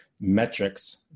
metrics